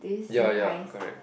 ya ya correct